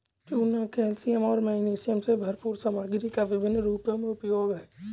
चूना कैल्शियम और मैग्नीशियम से भरपूर सामग्री का विभिन्न रूपों में उपयोग है